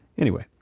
anyway,